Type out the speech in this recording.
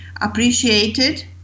appreciated